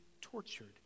tortured